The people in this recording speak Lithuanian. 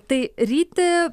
tai ryti